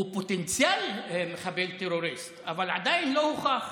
הוא פוטנציאל למחבל טרוריסט, אבל עדיין לא הוכח